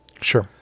Sure